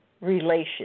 relations